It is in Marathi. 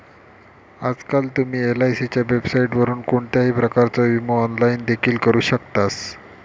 आजकाल तुम्ही एलआयसीच्या वेबसाइटवरून कोणत्याही प्रकारचो विमो ऑनलाइन देखील करू शकतास